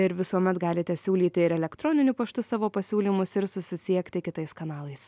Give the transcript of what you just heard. ir visuomet galite siūlyti ir elektroniniu paštu savo pasiūlymus ir susisiekti kitais kanalais